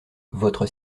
votre